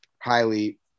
highly –